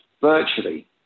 virtually